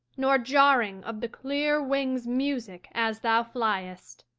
nor jarring of the clear wing's music as thou fliest!